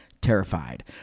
terrified